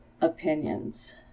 opinions